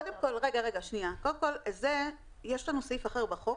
קודם כל, יש סעיף אחר בחוק